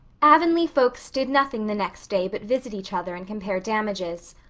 avonlea folks did nothing the next day but visit each other and compare damages.